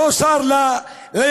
לא שר לימין.